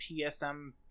PSM